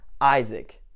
Isaac